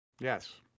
Yes